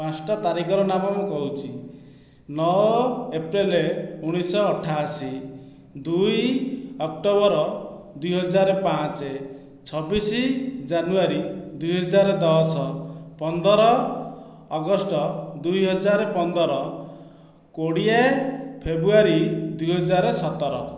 ପାଞ୍ଚଟା ତାରିଖର ନାମ ମୁଁ କହୁଛି ନଅ ଏପ୍ରିଲ ଉଣାଇଶଶହ ଅଠାଅଶୀ ଦୁଇ ଅକ୍ଟୋବର ଦୁଇହଜାର ପାଞ୍ଚ ଛବିଶ ଜାନୁୟାରୀ ଦୁଇ ହଜାର ଦଶ ପନ୍ଦର ଅଗଷ୍ଟ ଦୁଇ ହଜାର ପନ୍ଦର କୋଡ଼ିଏ ଫେବ୍ରୁଆରୀ ଦୁଇ ହଜାର ସତର